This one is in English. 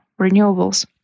renewables